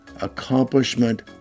accomplishment